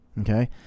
Okay